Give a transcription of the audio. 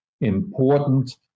important